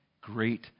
great